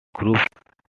group